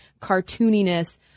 cartooniness